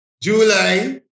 July